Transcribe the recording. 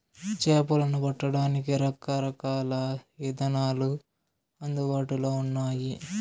చేపలను పట్టడానికి రకరకాల ఇదానాలు అందుబాటులో ఉన్నయి